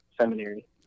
seminary